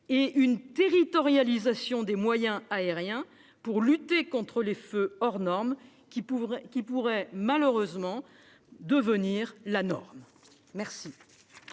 et une territorialisation des moyens aériens afin de lutter contre les feux hors norme, qui pourraient malheureusement devenir la norme. La